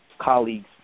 colleagues